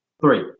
three